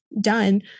done